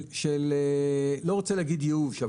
לא רוצה לומר ייאוש,